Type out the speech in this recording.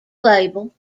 label